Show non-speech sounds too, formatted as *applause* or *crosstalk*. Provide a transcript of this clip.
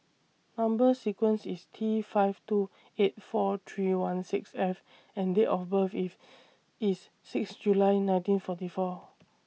Number sequence IS T five two eight four three one six F and Date of birth If *noise* IS six July nineteen forty four